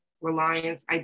reliance